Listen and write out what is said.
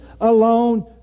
alone